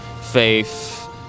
Faith